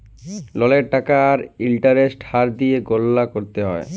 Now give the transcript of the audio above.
ললের টাকা আর ইলটারেস্টের হার দিঁয়ে গললা ক্যরতে হ্যয়